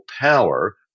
power